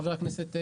חבר הכנסת אשר,